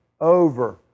over